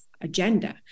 agenda